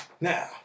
Now